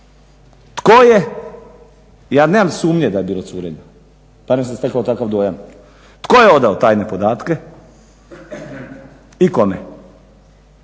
tko je, ja nemam sumnje da je bilo curenje, barem sam stekao takav dojam tko je odao tajne podatke i kome.